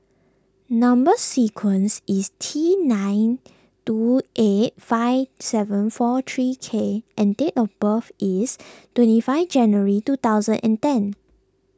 Number Sequence is T nine two eight five seven four three K and date of birth is twenty five January two thousand and ten